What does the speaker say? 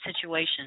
situation